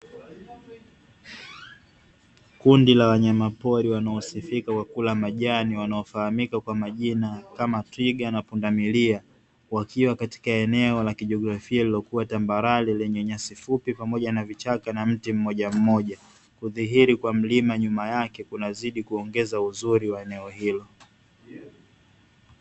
Kundi la wanyama pori wanaosifika kwa kula majani wanaofahamika kwa majina kama twiga na pundamilia, wakiwa katika eneo la kijiografia liliokuwa tambarare lenye nyasi fupi pamoja na vichaka na mti mmojamoja. Kudhihiri kwa mlima nyuma yake kunazidi kuongeza uzuri wa eneo hilo.